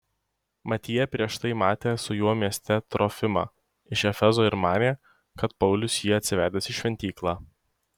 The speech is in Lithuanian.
mat jie prieš tai matė su juo mieste trofimą iš efezo ir manė kad paulius jį atsivedęs į šventyklą